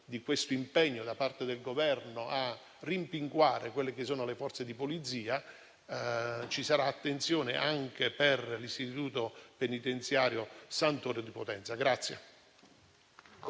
di questo impegno da parte del Governo a rimpinguare le Forze di polizia, ci sarà attenzione anche per l'istituto penitenziario A. Santoro di Potenza.